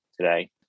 today